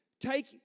take